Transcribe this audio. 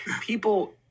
people